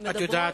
את יודעת,